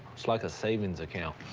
it's like a savings account.